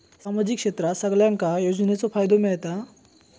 सामाजिक क्षेत्रात सगल्यांका योजनाचो फायदो मेलता?